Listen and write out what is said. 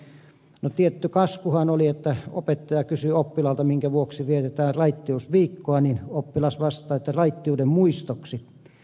no tietty kaskuhan oli että kun opettaja kysyy oppilaalta minkä vuoksi vietetään raittiusviikkoa niin oppilas vastaa että raittiuden muistoksi